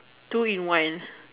two in ones